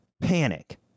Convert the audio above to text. panic